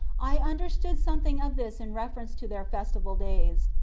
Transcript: i understood something of this in reference to their festival days,